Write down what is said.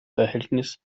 verhältnis